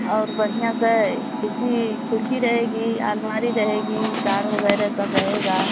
और बढ़िया सा क्योंकि खिड़की रहेगी अलमारी रहेगी तार वगैरह सब रहेगा